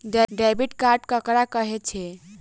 Debit card ककरा कहै छै?